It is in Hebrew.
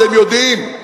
אתם יודעים,